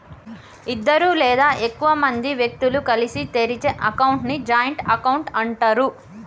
ఇద్దరు లేదా ఎక్కువ మంది వ్యక్తులు కలిసి తెరిచే అకౌంట్ ని జాయింట్ అకౌంట్ అంటరు